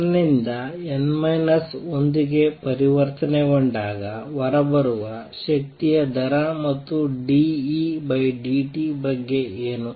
n ನಿಂದ n minus 1 ಗೆ ಪರಿವರ್ತನೆಗೊಂಡಾಗ ಹೊರಬರುವ ಶಕ್ತಿಯ ದರ ಅಥವಾ dEdt ಬಗ್ಗೆ ಏನು